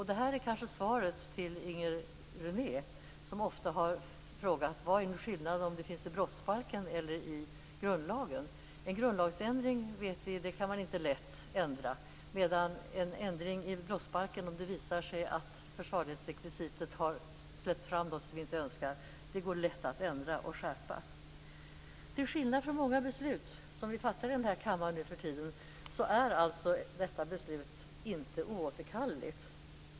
Detta är kanske svaret till Inger René, som ofta har frågat vad skillnaden är om detta finns i brottsbalken eller i grundlagen. Vi vet att man inte lätt kan ändra en grundlag. En ändring i brottsbalken är däremot lätt att göra om det visar sig att försvarlighetsrekvisitet släpper fram det som vi inte önskar. Då kan man göra en skärpning. Till skillnad från många beslut som vi fattar i denna kammare nu för tiden är detta beslut inte oåterkalleligt.